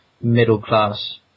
middle-class